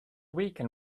weaken